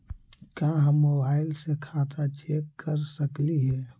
का हम मोबाईल से खाता चेक कर सकली हे?